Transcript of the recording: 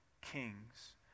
kings